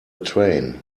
train